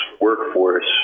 workforce